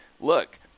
look